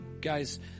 guys